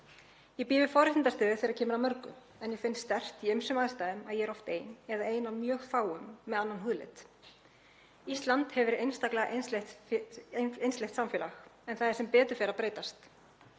Ég bý við forréttindastöðu þegar kemur að mörgu en ég finn sterkt í ýmsum aðstæðum að ég er oft ein eða ein af mjög fáum með annan húðlit. Ísland hefur verið einstaklega einsleitt samfélag en það er sem betur fer að breytast.